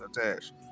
attached